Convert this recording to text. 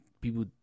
people